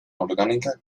orgánica